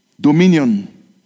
Dominion